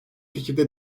fikirde